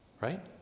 right